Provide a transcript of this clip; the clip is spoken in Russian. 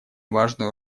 важную